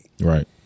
Right